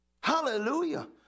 Hallelujah